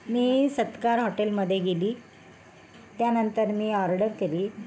मी सत्कार हॉटेलमध्ये गेली त्यानंतर मी ऑर्डर केली